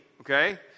okay